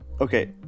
okay